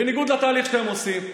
בניגוד לתהליך שאתם עושים,